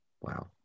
Wow